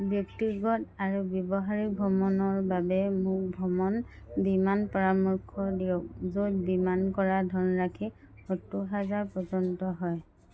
ব্যক্তিগত আৰু ব্যৱসায়িক ভ্ৰমণৰ বাবে মোক ভ্ৰমণ বীমা পৰামৰ্শ দিয়ক য'ত বীমা কৰা ধনৰাশি সত্তৰ হাজাৰ পৰ্যন্ত হয়